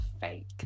fake